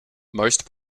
most